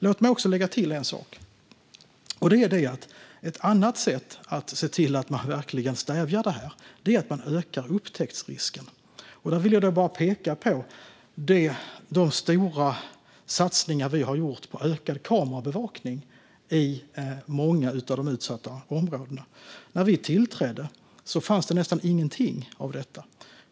Låt mig också lägga till en sak, och det är att ett annat sätt att verkligen stävja det här är att öka upptäcktsrisken. Där vill jag bara peka på de stora satsningar vi har gjort på ökad kameraövervakning i många av de utsatta områdena. När vi tillträdde fanns det nästan ingen alls.